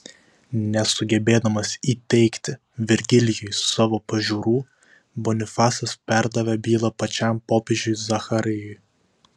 nesugebėdamas įteigti virgilijui savo pažiūrų bonifacas perdavė bylą pačiam popiežiui zacharijui